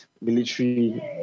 Military